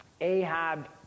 Ahab